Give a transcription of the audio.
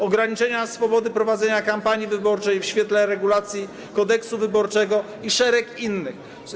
Ograniczenia swobody prowadzenia kampanii wyborczej w świetle regulacji 'Kodeksu wyborczego'” i szereg innych.